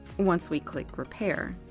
once we click repair,